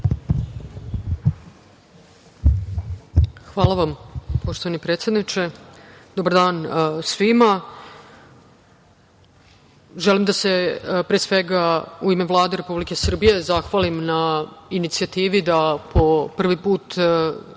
Hvala, poštovani predsedniče. Dobar dan svima. Želim da se u ime Vlade Republike Srbije zahvalim na inicijativi da se po prvi put